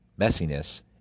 messiness